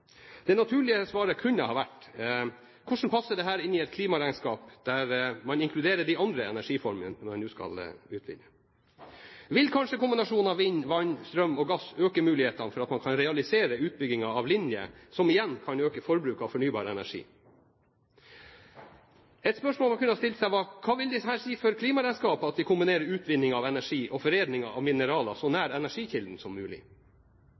De naturlige spørsmålene kunne ha vært: Hvordan passer dette inn i et klimaregnskap der man inkluderer de andre energiformene man nå skal utvinne? Vil kanskje kombinasjonen av vind, vann, strøm og gass øke mulighetene for at man kan realisere utbyggingen av linjer, som igjen kan øke forbruket av fornybar energi? Et annet spørsmål man kunne ha stilt seg, var: Hva vil det si for klimaregnskapet at vi kombinerer utvinning av energi og foredling av mineraler så nær energikilden som mulig?